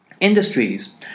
Industries